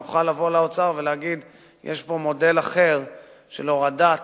נוכל לבוא לאוצר ולהגיד: יש פה מודל אחר של הורדת